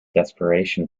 desperation